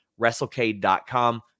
WrestleCade.com